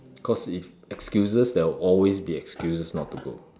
cause if excuses there are always be excuses not to go